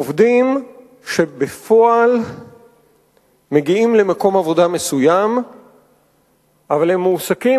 עובדים שבפועל מגיעים למקום עבודה מסוים אבל הם מועסקים